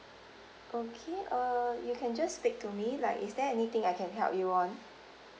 okay uh you can just speak to me like is there anything I can help you on